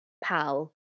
pal